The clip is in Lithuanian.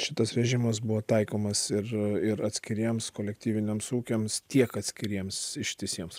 šitas režimas buvo taikomas ir ir atskiriems kolektyviniams ūkiams tiek atskiriems ištisiems